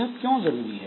यह क्यों जरूरी है